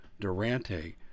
Durante